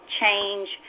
change